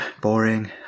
boring